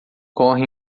corre